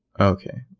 Okay